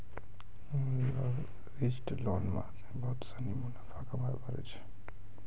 leveraged loan मे आदमी बहुत सनी मुनाफा कमाबै पारै छै